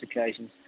occasions